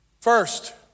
First